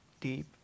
deep